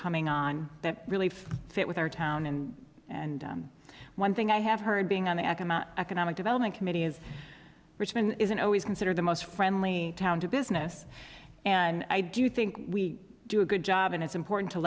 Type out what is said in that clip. coming on that really fit with our town and and one thing i have heard being on the economic development committee is richmond isn't always considered the most friendly town to business and i do think we do a good job and it's important to